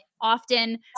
often